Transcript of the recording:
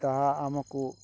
ତାହା ଆମକୁ